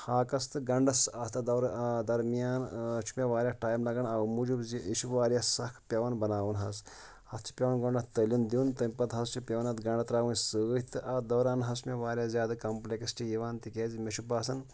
ہاکَس تہٕ گنٛڈَس اَتھ دورٕ درمیان چھُ مےٚ واریاہ ٹایم لَگان اَوٕ موٗجوٗب زِ یہِ چھُ واریاہ سَکھ پیٚوان بَناوُن حظ اَتھ چھُ پیوان گۄڈٕ اَتھ تٔلین دیُن تَمہِ پَتہٕ حظ چھُ پیٚوان اَتھ گَنڈٕ تراوٕنۍ سۭتۍ تہٕ اَتھ دوران حظ چھُ مےٚ واریاہ زیادٕ کَمپٕلیکسٹی یِوان تِکیازِ مےٚ چھُ باسان